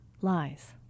lies